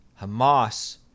Hamas